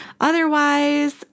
Otherwise